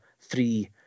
three